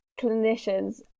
clinicians